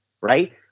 Right